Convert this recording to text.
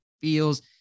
feels